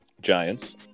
Giants